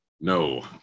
No